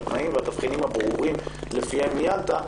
התנאים והתבחינים הברורים שלפיהם מיינת,